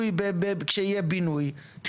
זה חייב לעבוד עם אחריות,